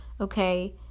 okay